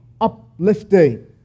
uplifting